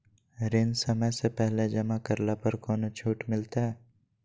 ऋण समय से पहले जमा करला पर कौनो छुट मिलतैय?